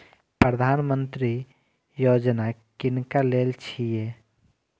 प्रधानमंत्री यौजना किनका लेल छिए?